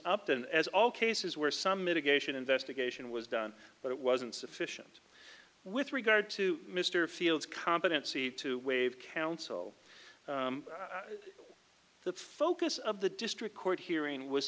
upton as all cases where some mitigation investigation was done but it wasn't sufficient with regard to mr field's competency to waive counsel the focus of the district court hearing was